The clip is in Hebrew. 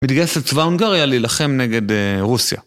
מתגייס לצבא הונגריה להילחם נגד רוסיה.